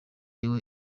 iwe